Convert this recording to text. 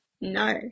No